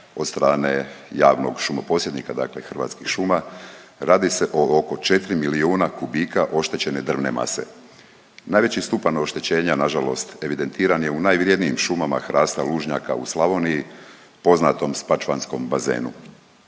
od strane javnog šumopodsjednika, dakle Hrvatskih šuma, radi se o oko 4 milijuna kubika oštećene drvne mase. Najveći stupanj oštećenja, nažalost, evidentiran je u najvrjednijim šumama hrasta lužnjaka u Slavoniji, poznatom spačvanskom bazenu.